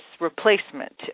replacement